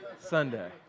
Sunday